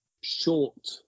short